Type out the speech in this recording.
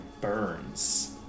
burns